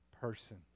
person